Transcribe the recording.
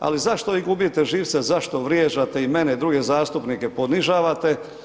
Ali zašto vi gubite živce, zašto vrijeđate i mene i druge zastupnike ponižavate?